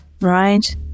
right